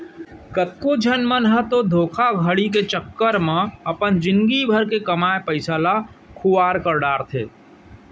कतको झन मन ह तो धोखाघड़ी के चक्कर म अपन जिनगी भर कमाए पइसा ल खुवार कर डारथे